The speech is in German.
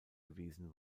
gewesen